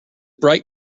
bright